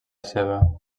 seva